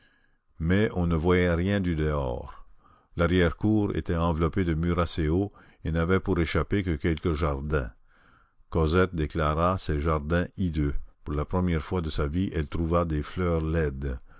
mais on ne voyait rien du dehors larrière cour était enveloppée de murs assez hauts et n'avait pour échappée que quelques jardins cosette déclara ces jardins hideux pour la première fois de sa vie elle trouva des fleurs laides